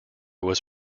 was